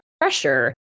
pressure